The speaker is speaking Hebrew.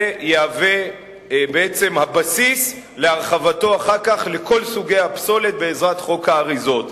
זה יהווה בעצם בסיס להרחבתו אחר כך לכל סוגי הפסולת בעזרת חוק האריזות.